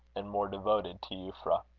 and more devoted to euphra.